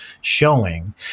showing